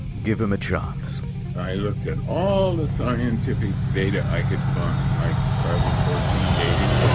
give him a chance. i looked at all the scientific data i could find. like carbon fourteen dating,